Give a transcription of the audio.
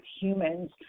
humans